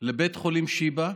לבית החולים שיבא,